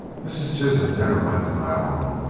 mrs. chisholm never went to nyalong,